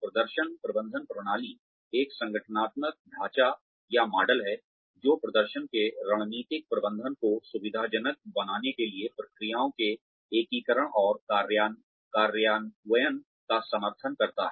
प्रदर्शन प्रबंधन प्रणाली एक संगठनात्मक ढाँचा या मॉडल है जो प्रदर्शन के रणनीतिक प्रबंधन को सुविधाजनक बनाने के लिए प्रक्रियाओं के एकीकरण और कार्यान्वयन का समर्थन करता है